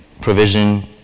provision